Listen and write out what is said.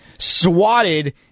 swatted